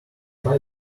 pipe